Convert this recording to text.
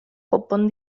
konpon